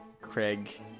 Craig